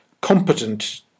competent